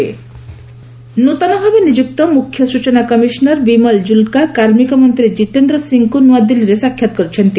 CIC Jitendra Singh ନୂତନ ଭାବେ ନିଯୁକ୍ତ ମୁଖ୍ୟ ସୂଚନା କମିଶନର ବିମଲ ଜୁଲକା କାର୍ମିକ ମନ୍ତ୍ରୀ କିତେନ୍ଦ୍ର ସିଂହଙ୍କୁ ନୂଆଦିଲ୍ଲୀରେ ସାକ୍ଷାତ କରିଛନ୍ତି